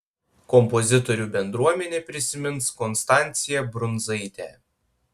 kompozitorių bendruomenė prisimins konstanciją brundzaitę